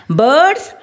birds